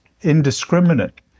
indiscriminate